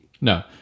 No